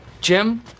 Jim